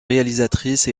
réalisatrice